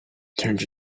turned